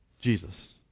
Jesus